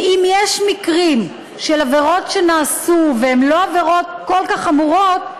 ואם יש מקרים של עבירות שנעשו והן לא עבירות כל כך חמורות,